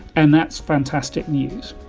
and that's fantastic news